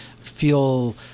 feel